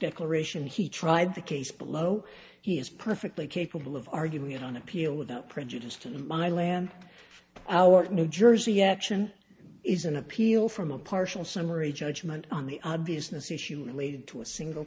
declaration he tried the case below he is perfectly capable of arguing it on appeal without prejudice to my land our new jersey action is an appeal from a partial summary judgment on the obviousness issue related to a single